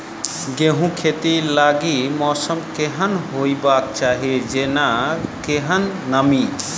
गेंहूँ खेती लागि मौसम केहन हेबाक चाहि जेना केहन नमी?